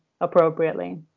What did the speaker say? appropriately